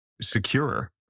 secure